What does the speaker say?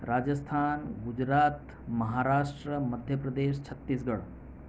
Rajasthan Gujarat Maharashtra Madhya Pradesh Chhattisgarh